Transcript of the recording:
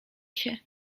się